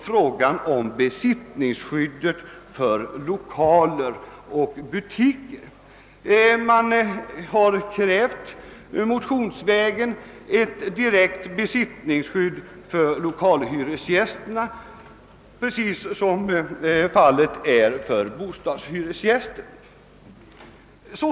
Frågan om besittningsskydd för 1okaler och butiker har också tagits upp i reservation. Motionsledes har krävts ett direkt besittningsskydd för lokalhyresgästerna, likadant som det bostadshyresgästerna har.